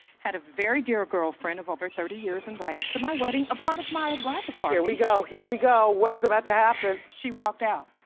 had a very dear girlfriend of over thirty years invited to my wedding, a part of my bridal party. ah here we go, here we go, what is about to happen? she walked out.